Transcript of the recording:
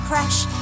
crash